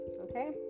okay